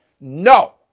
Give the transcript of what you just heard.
No